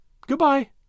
Goodbye